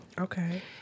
Okay